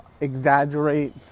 exaggerate